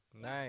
Nice